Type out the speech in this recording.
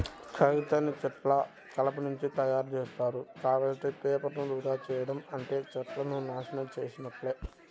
కాగితాన్ని చెట్ల కలపనుంచి తయ్యారుజేత్తారు, కాబట్టి పేపర్లను వృధా చెయ్యడం అంటే చెట్లను నాశనం చేసున్నట్లే